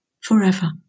forever